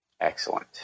Excellent